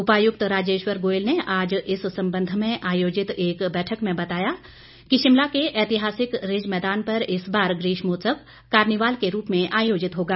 उपायुक्त राजेश्वर गोयल ने आज इस संबंध में आयोजित एक बैठक में बताया कि शिमला के ऐतिहासिक रिज मैदान पर इस बार ग्रीष्मोत्सव कार्निवाल के रूप में आयोजित होगा